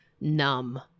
numb